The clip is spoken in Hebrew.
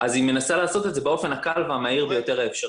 אז היא מנסה לעשות את זה באופן הקל והמהיר ביותר האפשרי.